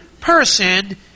person